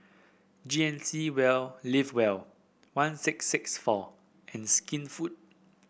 G N C Well Live Well one six six four and Skinfood